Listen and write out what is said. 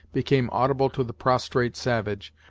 became audible to the prostrate savage,